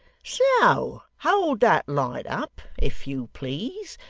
so hold that light up, if you please,